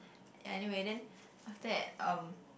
ya anyway then after that um